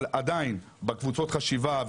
אבל עדיין בקבוצות חשיבה,